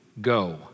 go